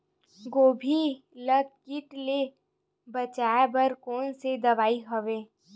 गोभी ल कीट ले बचाय बर कोन सा दवाई हवे?